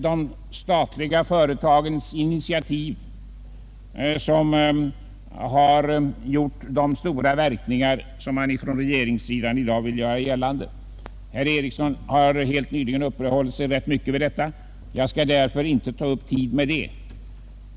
De statliga företagens initiativ har ingalunda fått de stora verkningar som man från regeringssidan i dag vill göra gällande. Herr Ericsson i Åtvidaberg har nyss ganska ingående uppehållit sig vid detta spörsmål. Jag skall därför inte ta upp tid med det.